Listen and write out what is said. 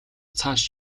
цааш